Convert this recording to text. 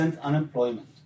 unemployment